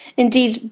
indeed,